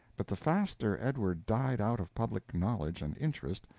but the faster edward died out of public knowledge and interest,